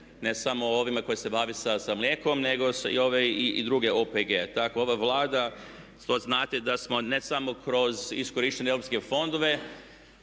ne samo ovima koji se bave sa mlijekom nego i ove druge OPG-e. Znate da smo ne samo kroz iskorištene EU fondove